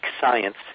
science